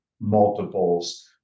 Multiples